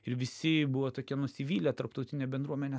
ir visi buvo tokie nusivylę tarptautinė bendruomenė